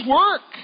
work